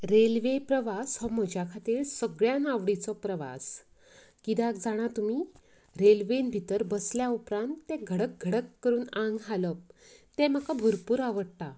railway प्रवास हो म्हज्या खातीर सगळ्यांत आवडीचो प्रवास कित्याक जाणा तुमी रेल्वेंत भितर बसल्या उपरांत तें घडक घडक करून आंग हालप तें म्हाका भरपूर आवडता